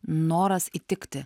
noras įtikti